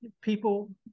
people